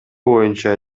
боюнча